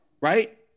right